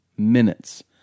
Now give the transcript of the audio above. minutes